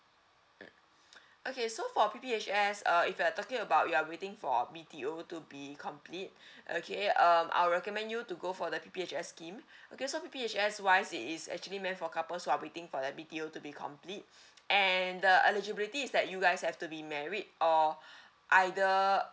mm okay so for P P H S uh if you're talking about you are waiting for B T O to be complete okay um I'll recommend you to go for the P P H S scheme okay so P P H S wise is actually meant for couples who are waiting for the B T O to be complete and the eligibility is that you guys have to be married or either